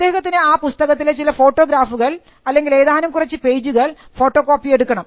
അദ്ദേഹത്തിന് ആ പുസ്തകത്തിലെ ചില ഫോട്ടോഗ്രാഫുകൾ അല്ലെങ്കിൽ ഏതാനും കുറച്ച് പേജുകൾ ഫോട്ടോ കോപ്പി എടുക്കണം